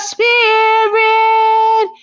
Spirit